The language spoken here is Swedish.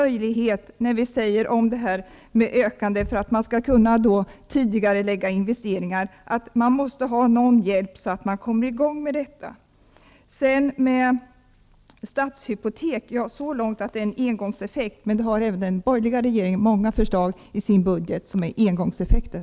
För att det skall vara möjligt att tidigarelägga investeringar säger vi att det behövs någon hjälp för att komma i gång med detta. Det är riktigt att det som vi har föreslagit när det gäller Stadshypotek får en engångseffekt. Men även den borgerliga regeringen har många förslag i sin budget som får engångseffekter.